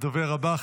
הדובר הבא,